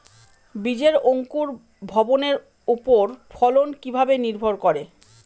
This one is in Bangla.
বীজের অঙ্কুর ভবনের ওপর ফলন কিভাবে নির্ভর করে?